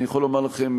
אני יכול לומר לכם,